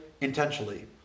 intentionally